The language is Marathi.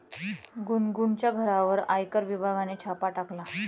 गुनगुनच्या घरावर आयकर विभागाने छापा टाकला